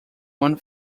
one